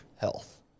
Health